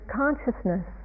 consciousness